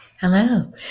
Hello